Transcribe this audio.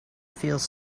feels